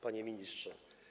Panie Ministrze!